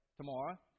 tomorrow